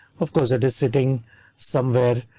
of course it is sitting somewhere.